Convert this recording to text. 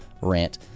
rant